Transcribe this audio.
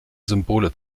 symbole